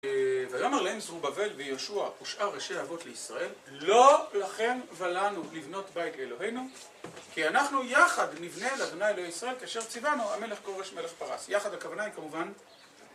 ויאמר להם זרובבל ויהושוע ושאר ראשי אבות לישראל, לא לכם ולנו לבנות בית לאלוהינו כי אנחנו יחד נבנה לה' אלוהי ישראל כאשר ציוונו המלך כורש מלך פרס, יחד הכוונה היא כמובן